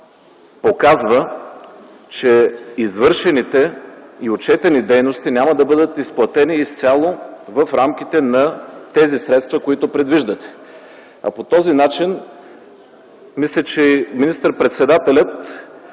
показва, че извършените и отчетени дейности няма да бъдат изплатени изцяло в рамките на средствата, които предвиждате. Мисля, че и министър-председателят